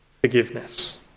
Forgiveness